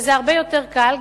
שזה הרבה יותר קל,